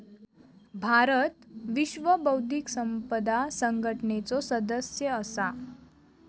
भारत विश्व बौध्दिक संपदा संघटनेचो सदस्य असा